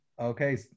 Okay